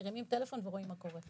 מרימים טלפון ורואים מה קורה.